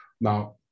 Now